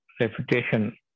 reputation